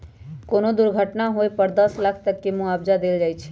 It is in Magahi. कोनो दुर्घटना होए पर दस लाख तक के मुआवजा देल जाई छई